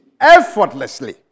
effortlessly